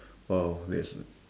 !wow! that's